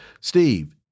Steve